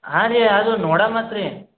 ಹಾಂ ರೀ ಅದ್ ನೋಡ ಮತ್ರಿ